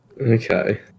okay